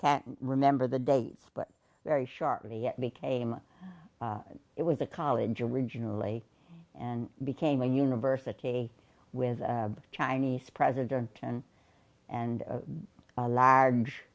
can't remember the dates but very sharply became it was a college originally and became a university with the chinese president and and a large